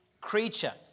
creature